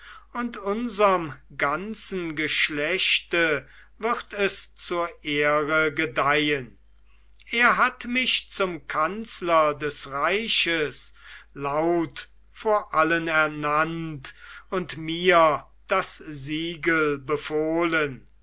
und unserm ganzen geschlechte wird es zur ehre gedeihn er hat mich zum kanzler des reiches laut vor allen ernannt und mir das siegel befohlen